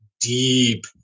deep